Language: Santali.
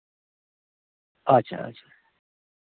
ᱟᱪᱪᱷᱟ ᱟᱪᱪᱷᱟ